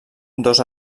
dos